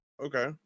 Okay